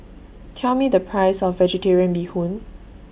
Tell Me The Price of Vegetarian Bee Hoon